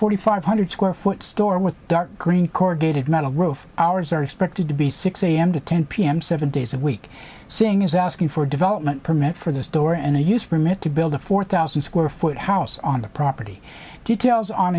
forty five hundred square foot store with dark green corrugated metal roof hours are expected to be six a m to ten p m seven days a week seeing is asking for development permit for the store and they use a permit to build a four thousand square foot house on the property details on